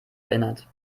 erinnert